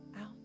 out